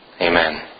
Amen